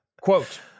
Quote